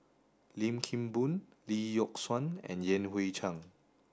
Lim Kim Boon Lee Yock Suan and Yan Hui Chang